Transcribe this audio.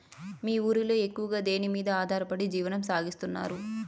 మీ ఊరిలో ఎక్కువగా దేనిమీద ఆధారపడి జీవనం సాగిస్తున్నారు?